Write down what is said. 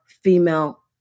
female